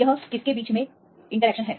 यह किसके बीच में इंटरेक्शन है